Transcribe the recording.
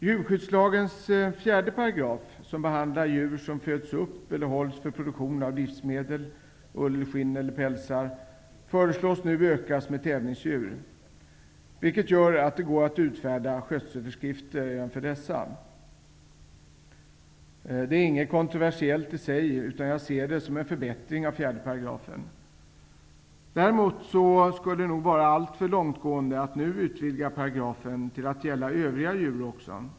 Djurskyddslagens 4 §, som behandlar djur som föds upp eller hålls för produktion av livsmedel, ull, skinn eller pälsar föreslås nu utökas med tävlingsdjur, vilket gör att det går att utfärda skötselföreskrifter även för dessa. Detta är inget kontroversiellt i sig, utan jag ser det som en förbättring av 4 §. Däremot skulle det vara alltför långtgående att nu utvidga paragrafen till att gälla övriga djur också.